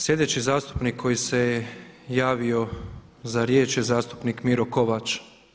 Slijedeći zastupnik koji se javio za riječ je zastupnik Miro Kovač.